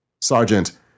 Sergeant